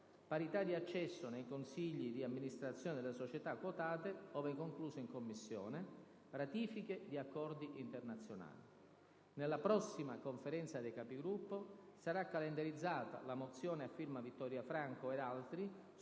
parità di accesso nei consigli di amministrazione delle società quotate (ove concluso in Commissione); ratifiche di accordi internazionali. Nella prossima Conferenza dei Capigruppo sarà calendarizzata la mozione a firma Vittoria Franco ed altri